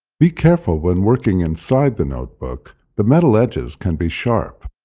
be careful when working inside the notebook. the metal edges can be sharp.